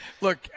look